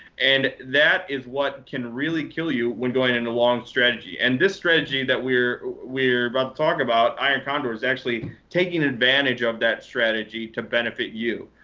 and that is what can really kill you when going into long strategy. and this strategy that we're we're about to talk about iron condor is actually taking advantage of that strategy to benefit you,